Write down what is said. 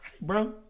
Bro